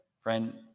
friend